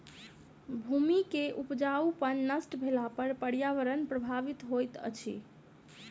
भूमि के उपजाऊपन नष्ट भेला पर पर्यावरण प्रभावित होइत अछि